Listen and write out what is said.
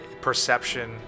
perception